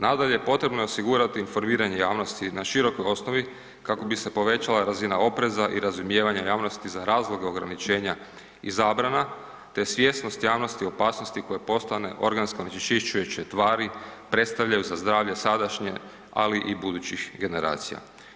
Nadalje, potrebno je osigurati informiranje javnosti na širokoj osnovi kako bi se povećala razina opreza i razumijevanja javnosti za razloge ograničenja i zabrana te svjesnost javnosti o opasnosti koje postojane organske onečišćujuće tvari predstavljaju za zdravlje sadašnje, ali i budućih generacija.